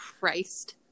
Christ